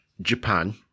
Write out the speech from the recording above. Japan